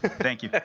thank you.